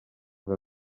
que